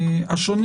השונים.